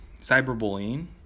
cyberbullying